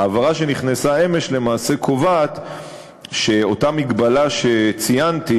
ההבהרה שנכנסה אמש למעשה קובעת שאותה מגבלה שציינתי